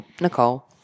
Nicole